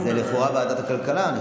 ועדת הכלכלה, לכאורה.